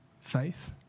faith